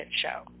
Show